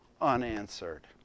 unanswered